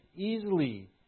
easily